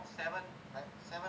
seven